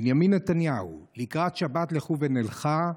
בנימין נתניהו: "'לקראת שבת לכו ונלכה,